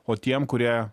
o tiem kurie